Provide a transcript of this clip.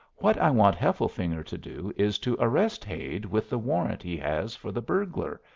what i want hefflefinger to do is to arrest hade with the warrant he has for the burglar,